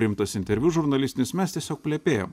rimtas interviu žurnalistinis mes tiesiog plepėjom